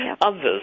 Others